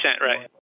right